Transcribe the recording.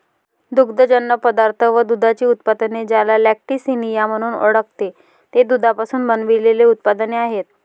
दुग्धजन्य पदार्थ व दुधाची उत्पादने, ज्याला लॅक्टिसिनिया म्हणून ओळखते, ते दुधापासून बनविलेले उत्पादने आहेत